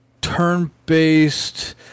turn-based